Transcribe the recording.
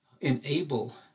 enable